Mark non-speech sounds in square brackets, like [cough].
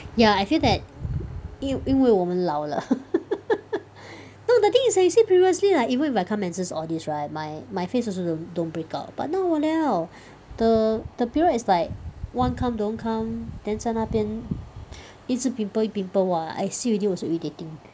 ya I feel that 因因为我们老了 [laughs] no the thing is like you see previously like even if I come menses all this right my my face also don't don't break out but now !waliao! the the period is like want come don't come then 在那边一直 pimple pimple !wah! I see already also irritating